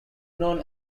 known